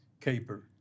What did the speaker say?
Caper